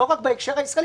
לא רק בהקשר הישראלי,